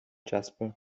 jasper